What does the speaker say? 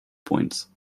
points